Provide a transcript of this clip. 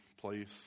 place